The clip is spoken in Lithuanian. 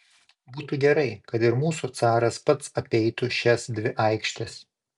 būtų gerai kad ir mūsų caras pats apeitų šias dvi aikštes